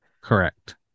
Correct